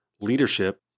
leadership